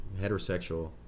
heterosexual